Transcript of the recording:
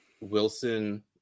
Wilson